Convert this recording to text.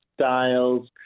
styles